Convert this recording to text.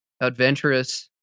adventurous